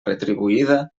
retribuïda